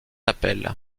appel